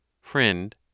Friend